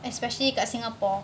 especially kat singapore